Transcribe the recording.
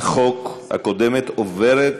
החוק הקודמת עוברת